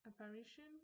apparition